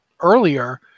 earlier